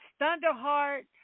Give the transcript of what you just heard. Thunderheart